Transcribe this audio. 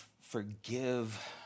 forgive